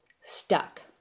stuck